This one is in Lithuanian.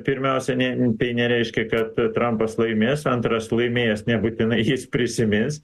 pirmiausia ne tai nereiškia kad trampas laimės antras laimėjęs nebūtinai jis prisimins